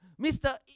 Mr